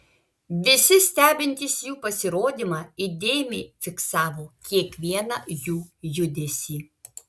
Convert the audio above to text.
visi stebintys jų pasirodymą įdėmiai fiksavo kiekvieną jų judesį